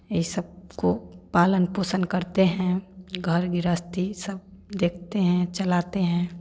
ये सब को पालन पोषण करते हैं घर गृहस्थी सब देखते हैं चलाते हैं